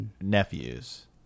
nephews